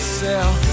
sell